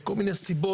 כל מיני סיבות.